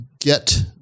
get